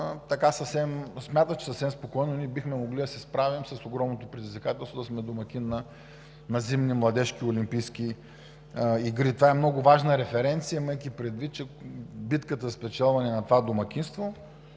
шорттрека и смята, че съвсем спокойно ние бихме могли да се справим с огромното предизвикателство да сме домакин на зимни младежки олимпийски игри. Това е много важна референция, имайки предвид, че битката за спечелване на това домакинство